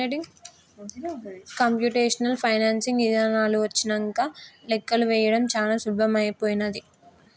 computational financing ఇదానాలు వచ్చినంక లెక్కలు వేయడం చానా సులభమైపోనాది